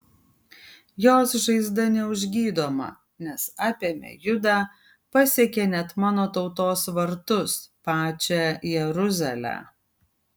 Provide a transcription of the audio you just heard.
jos žaizda neužgydoma nes apėmė judą pasiekė net mano tautos vartus pačią jeruzalę